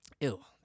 Ew